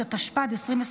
התשפ"ד 2024,